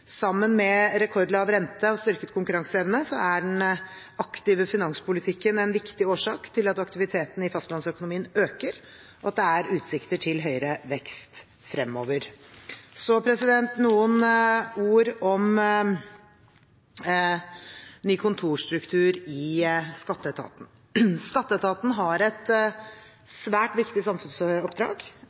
Sammen med rekordlav rente og styrket konkurranseevne er den aktive finanspolitikken en viktig årsak til at aktiviteten i fastlandsøkonomien øker, og at det er utsikter til høyere vekst fremover. Så noen ord om ny kontorstruktur i Skatteetaten. Skatteetaten har et svært viktig samfunnsoppdrag.